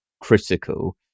critical